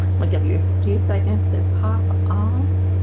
look up you excuse i can still pop um